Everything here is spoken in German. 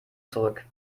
zurück